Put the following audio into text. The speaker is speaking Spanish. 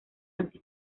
anti